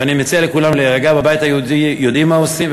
ואני מציע לכולם להירגע: בבית היהודי יודעים מה עושים,